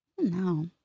No